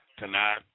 Tonight